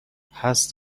هست